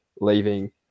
leaving